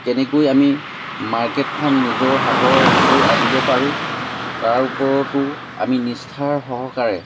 কেনেকৈ আমি মাৰ্কেটখন নিজৰ হাতলৈ আনিব পাৰোঁ তাৰ ওপৰতো আমি নিষ্ঠা সহকাৰে